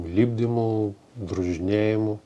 lipdymų drožinėjimų